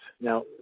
Now